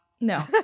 No